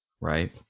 right